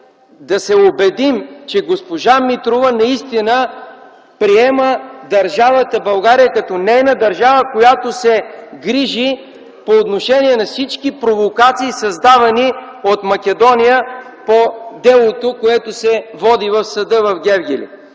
да се убедим, че госпожа Митрова наистина приема държавата България като нейна държава, която се грижи по отношение на всички провокации, създавани от Македония по делото, което се води в съда в Гевгели.